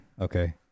Okay